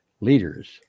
Leaders